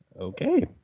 Okay